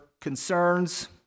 concerns